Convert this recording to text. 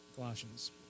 Colossians